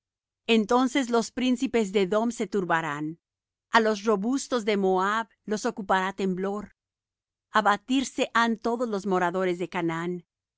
entonces los príncipes de edom se turbarán a los robustos de moab los ocupará temblor abatirse han todos los moradores de canaán